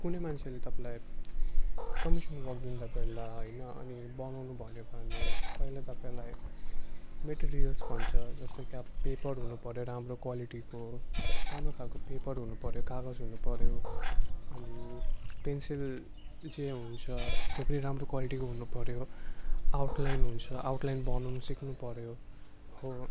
कुनै मान्छेले तपाईँलाई कमिसन वर्क दिँदा पहिला होइन अनि बनाउनु भन्यो भने पहिला तपाईँलाई मटेरियल्स भन्छ जस्तो कि अब पेपर हुनुपर्यो राम्रो क्वालिटीको राम्रो खालको पेपर हुनुपर्यो कागज हुनुपर्यो अनि पेन्सिल ऊ चाहिँ हुन्छ त्यो पनि राम्रो क्वालिटीको हुनुपर्यो आउटलाइन हुन्छ आउटलाइन बनाउनु सिक्नुपर्यो हो